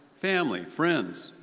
family, friends,